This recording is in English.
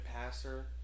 passer